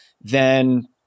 then-